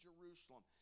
Jerusalem